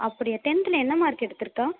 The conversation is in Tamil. அப்படியா டென்த்தில் என்ன மார்க் எடுத்துருக்கான்